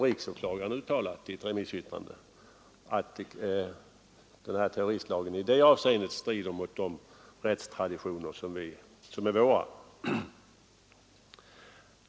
Riksåklagaren har också i ett remissyttrande uttalat att terroristlagen i det avseendet strider mot de rättstraditioner som är våra.